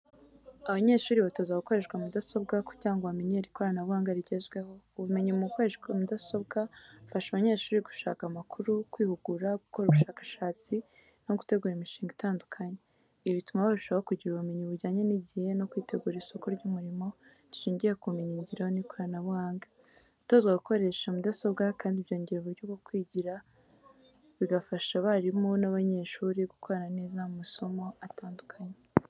Abanyeshuri batozwa gukoresha mudasobwa kugira ngo bamenyere ikoranabuhanga rigezweho. Ubumenyi mu gukoresha mudasobwa bufasha abanyeshuri gushaka amakuru, kwihugura, gukora ubushakashatsi no gutegura imishinga itandukanye. Ibi bituma barushaho kugira ubumenyi bujyanye n’igihe no kwitegura isoko ry’umurimo rishingiye ku bumenyingiro n’ikoranabuhanga. Gutozwa gukoresha mudasobwa kandi byongera uburyo bwo kwigira, bigafasha abarimu n’abanyeshuri gukorana neza mu masomo atandukanye.